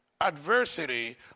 adversity